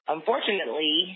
Unfortunately